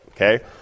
okay